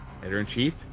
editor-in-chief